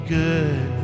good